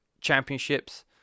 Championships